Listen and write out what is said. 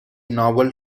novel